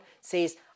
says